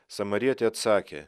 samarietė atsakė